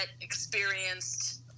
experienced